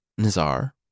Nizar